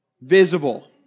Visible